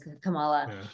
Kamala